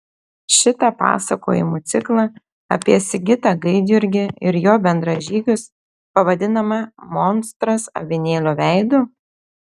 šitą pasakojimų ciklą apie sigitą gaidjurgį ir jo bendražygius pavadinome monstras avinėlio veidu